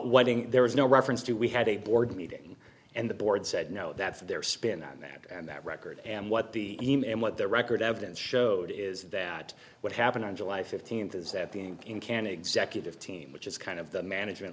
thing there was no reference to we had a board meeting and the board said no that's their spin on that and that record and what the team and what the record evidence showed is that what happened on july fifteenth is that being in cannes executive team which is kind of the management